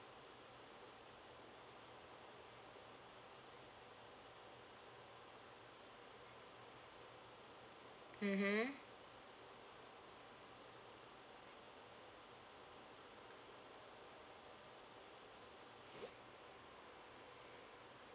mmhmm